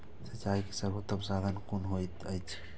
सिंचाई के सर्वोत्तम साधन कुन होएत अछि?